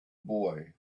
boy